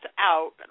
Out